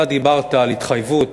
אתה דיברת על התחייבות